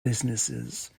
businesses